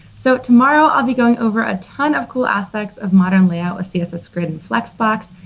so tomorrow i'll be going over a ton of cool aspects of modern layout with css grid and flexbox,